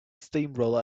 steamroller